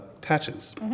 Patches